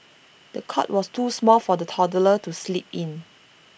the cot was too small for the toddler to sleep in